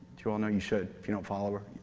you all know, you should if you don't follow her.